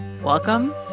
Welcome